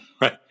right